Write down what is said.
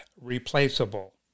replaceable